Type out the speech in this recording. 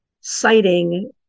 citing